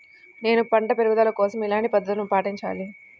నేను పంట పెరుగుదల కోసం ఎలాంటి పద్దతులను పాటించాలి?